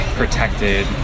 protected